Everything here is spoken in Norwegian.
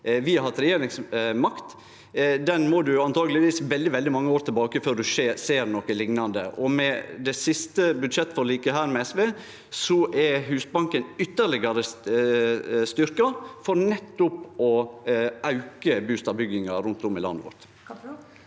vi har hatt regjeringsmakt, må ein antakeleg veldig, veldig mange år tilbake i tid før ein ser noko liknande. Med det siste budsjettforliket her med SV er Husbanken ytterlegare styrkt for nettopp å auke bustadbygginga rundt om i landet vårt.